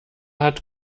hat